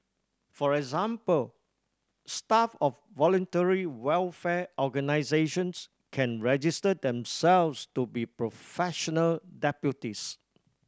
for example staff of voluntary welfare organisations can register themselves to be professional deputies